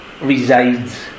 resides